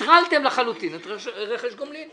נטרלתם לחלוטין את רכש גומלין,